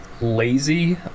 lazy